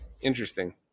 interesting